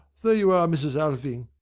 there you are, mrs. alving.